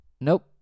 Nope